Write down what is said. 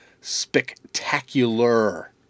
Spectacular